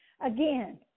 Again